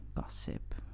gossip